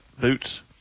Boots